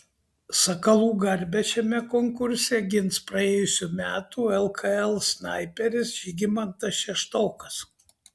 sakalų garbę šiame konkurse gins praėjusių metų lkl snaiperis žygimantas šeštokas